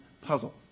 puzzle